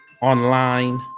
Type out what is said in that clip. online